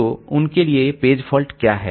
तो उनके लिए पेज फॉल्ट क्या है